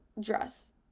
dress